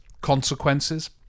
consequences